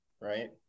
right